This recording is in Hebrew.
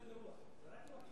זה יותר גרוע.